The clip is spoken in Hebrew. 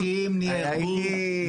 אנשים נהרגו, שנייה.